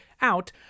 out